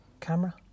camera